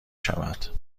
شود